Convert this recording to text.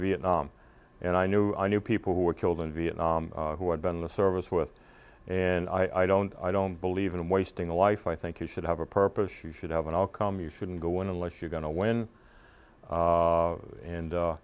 vietnam and i knew i knew people who were killed in vietnam who had been in the service with and i don't i don't believe in wasting a life i think you should have a purpose you should have and i'll come you shouldn't go unless you're going to win a